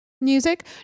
Music